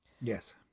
Yes